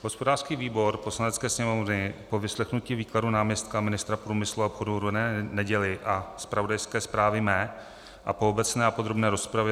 Hospodářský výbor Poslanecké sněmovny po vyslechnutí výkladu náměstka ministra průmyslu a obchodu René Neděly a zpravodajské zprávě mé a po obecné a podrobné rozpravě